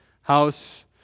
house